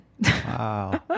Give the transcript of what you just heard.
Wow